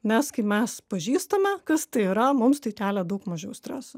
nes kai mes pažįstame kas tai yra mums tai kelia daug mažiau streso